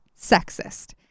sexist